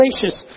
gracious